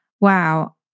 Wow